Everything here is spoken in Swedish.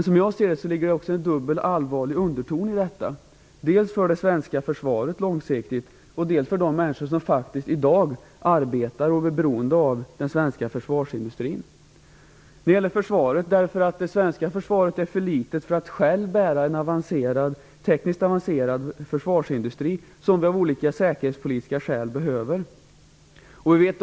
Som jag ser det, ligger det också en dubbel, allvarlig underton i detta, dels för det svenska försvaret långsiktigt, dels för de människor som i dag arbetar och är beroende av den svenska försvarsindustrin. Det svenska försvaret är för litet för att självt bära en tekniskt avancerad försvarsindustri, som vi av olika säkerhetspolitiska skäl behöver.